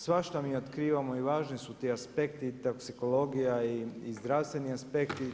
Svašta mi otkrivamo i važni su ti aspekti i toksikologija i zdravstveni aspekti.